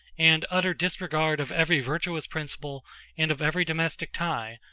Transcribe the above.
and utter disregard of every virtuous principle and of every domestic tie,